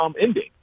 ending